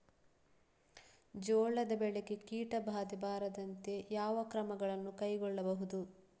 ಜೋಳದ ಬೆಳೆಗೆ ಕೀಟಬಾಧೆ ಬಾರದಂತೆ ಯಾವ ಕ್ರಮಗಳನ್ನು ಕೈಗೊಳ್ಳಬಹುದು?